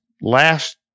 Last